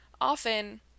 often